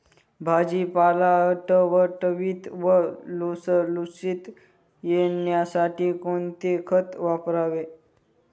भाजीपाला टवटवीत व लुसलुशीत येण्यासाठी कोणते खत वापरावे?